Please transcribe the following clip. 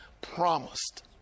promised